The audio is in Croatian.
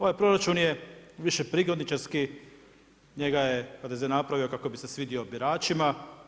Ovaj proračun je više prigodničarski, njega je HDZ napravio kako bi se svidio biračima.